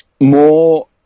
more